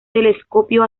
telescopio